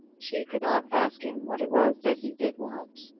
she could not ask him what it was that he did want,